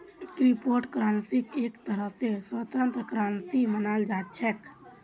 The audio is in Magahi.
क्रिप्टो करन्सीक एक तरह स स्वतन्त्र करन्सी मानाल जा छेक